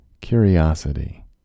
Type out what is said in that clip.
curiosity